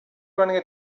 running